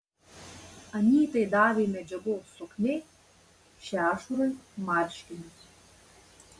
anytai davė medžiagos sukniai šešurui marškinius